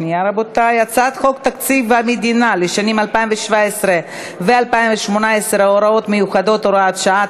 הצעת חוק תקציב המדינה לשנים 2017 ו-2018 (הוראות מיוחדות) (הוראת שעה),